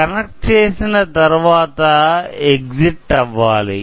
connect చేసిన తరువాత exit అవ్వాలి